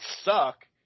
suck